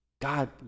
God